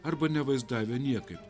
arba nevaizdavę niekaip